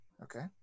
Okay